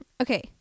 Okay